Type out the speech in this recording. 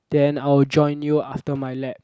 then I will join you after my lab